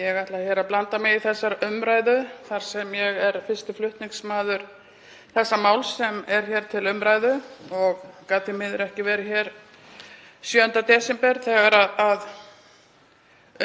Ég ætla að blanda mér í þessa umræðu þar sem ég er fyrsti flutningsmaður þess máls sem er hér til umræðu og gat því miður ekki verið hér 7. desember þegar